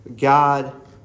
God